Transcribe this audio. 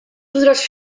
podràs